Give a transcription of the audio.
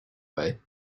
way